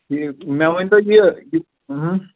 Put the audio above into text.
مےٚ ؤنۍتو یہِ